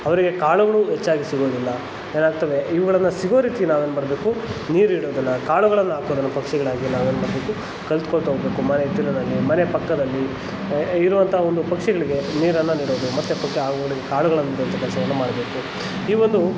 ಅವರಿಗೆ ಕಾಳುಗಳು ಹೆಚ್ಚಾಗಿ ಸಿಗೋದಿಲ್ಲ ಏನಾಗ್ತವೆ ಇವುಗಳನ್ನು ಸಿಗೋ ರೀತಿ ನಾವೇನು ಮಾಡಬೇಕು ನೀರಿಡೋದನ್ನು ಕಾಳುಗಳನ್ನು ಹಾಕೋದನ್ನ ಪಕ್ಷಿಗಳಿಗೆ ನಾವೇನು ಮಾಡಬೇಕು ಕಲಿತ್ಕೊಳ್ತಾ ಹೋಗ್ಬೇಕು ಮನೆ ಹಿತ್ತಲಿನಲ್ಲಿ ಮನೆ ಪಕ್ಕದಲ್ಲಿ ಇರುವಂಥ ಒಂದು ಪಕ್ಷಿಗಳಿಗೆ ನೀರನ್ನು ನೀಡೋದು ಮತ್ತೆ ಮತ್ತೆ ಅವುಗಳಿಗೆ ಕಾಳುಗಳನ್ನು ನೀಡುವಂಥ ಕೆಲಸವನ್ನ ಮಾಡಬೇಕು ಈ ಒಂದು